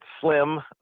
slim